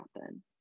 happen